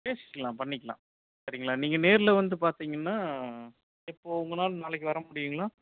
பேசிக்கலாம் பண்ணிக்கலாம் சரிங்களா நீங்கள் நேரில் வந்து பார்த்தீங்கனா இப்போது உங்களால நாளைக்கு வர முடியுங்களா